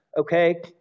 okay